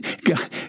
God